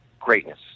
greatness